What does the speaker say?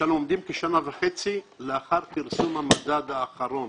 כשאנחנו עומדים שנה וחצי לאחר פרסום המדד האחרון